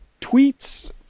tweets